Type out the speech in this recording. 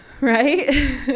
Right